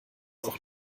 auch